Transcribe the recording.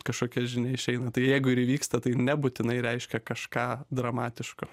kažkokia žinia išeina tai jeigu ir įvyksta tai nebūtinai reiškia kažką dramatiško